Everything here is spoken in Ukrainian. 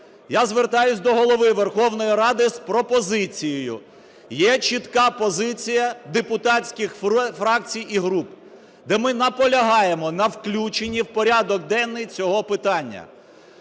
Я звертаюся до Голови Верховної Ради з пропозицією: є чітка позиція депутатських фракцій і груп, де ми наполягаємо на включенні в порядок денний цього питання.